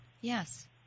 Yes